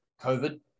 COVID